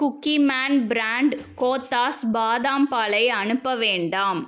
cookie man brand Cothas பாதாம் பாலை அனுப்ப வேண்டாம்